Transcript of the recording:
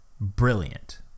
Brilliant